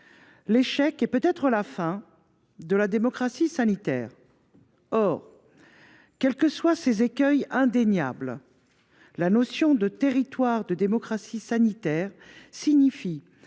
l’échec – et peut être la fin – de la démocratie sanitaire. Or, quels que soient ses écueils indéniables, la notion de « territoire de démocratie sanitaire » signifie